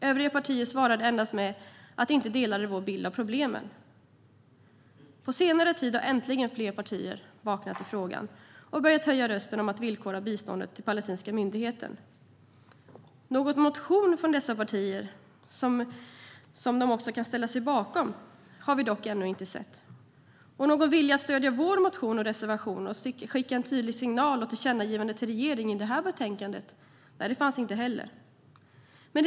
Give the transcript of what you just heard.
Övriga partier svarade endast med att de inte delade vår bild av problemen. På senare tid har äntligen fler partier vaknat i frågan och börjat höja rösten om att villkora biståndet till den palestinska myndigheten. Någon motion från dessa partier som de också kan ställa sig bakom har vi dock ännu inte sett, och någon vilja att stödja vår motion och reservation och skicka en tydlig signal och ett tillkännagivande till regeringen i detta betänkande har inte heller funnits.